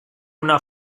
una